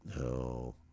No